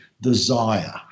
desire